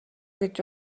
гэж